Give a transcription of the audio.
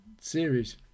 series